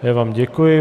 Já vám děkuji.